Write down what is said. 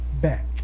back